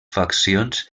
faccions